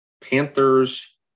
Panthers